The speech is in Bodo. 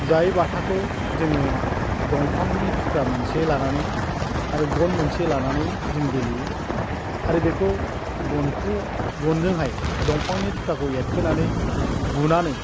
जाय बाथाखौ जोङो दंफांनि थुख्रा मोनसे लानानै आरो गन मोनसे लानानै जों गेलेयो आरो बेखौ बनखौ गनजोंहाय दंफांनि थुख्राखौ एरखोनानै बुनानै